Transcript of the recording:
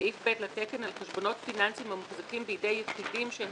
סעיף ב לתקן על חשבונות פיננסיים המוחזקים בידי יחידים שהם